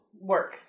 work